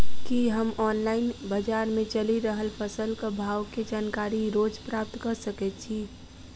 की हम ऑनलाइन, बजार मे चलि रहल फसलक भाव केँ जानकारी रोज प्राप्त कऽ सकैत छी?